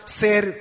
ser